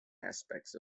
aspects